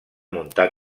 muntar